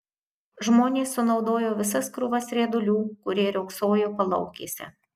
žmonės sunaudojo visas krūvas riedulių kurie riogsojo palaukėse